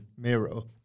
Miro